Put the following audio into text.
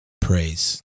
praise